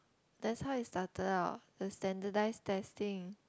that's how it started out to standardize testing